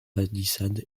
palissade